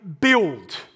build